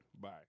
Bye